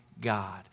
God